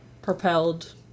propelled